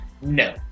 no